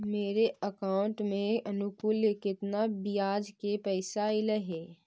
मेरे अकाउंट में अनुकुल केतना बियाज के पैसा अलैयहे?